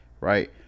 right